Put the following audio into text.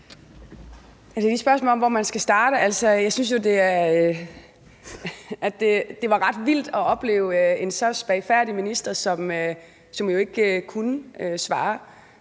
jeg synes jo, det var ret vildt at opleve en så spagfærdig minister, som jo ikke kunne svare